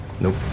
Nope